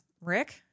Rick